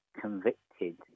convicted